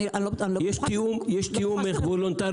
אני לא בטוחה שזה --- יש תיאום מחירים וולונטרי,